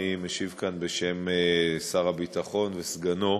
אני משיב כאן בשם שר הביטחון וסגנו,